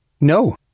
No